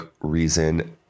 reason